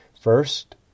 First